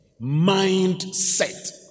Mindset